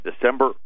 December